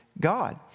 God